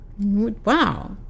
wow